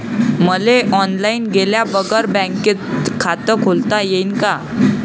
मले ऑनलाईन गेल्या बगर बँकेत खात खोलता येईन का?